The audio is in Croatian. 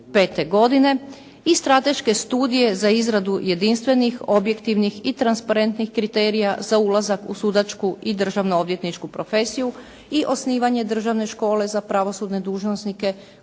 i Strateške studije za izradu jedinstvenih, objektivnih i transparentnih kriterija za ulazak u sudačku i državno odvjetničku profesiju i osnivanje Državne škole za pravosudne dužnosnike